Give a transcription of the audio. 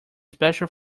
special